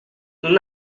nous